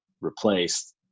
replaced